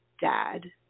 dad